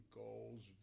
goals